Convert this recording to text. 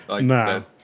No